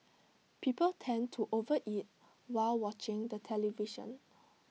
people tend to overeat while watching the television